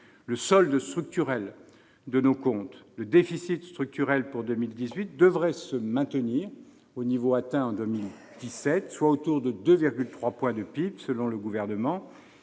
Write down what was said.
le solde structurel de nos comptes. Le déficit structurel pour 2018 devrait se maintenir au niveau atteint en 2017, soit autour de 2,3 points de PIB, selon le Gouvernement.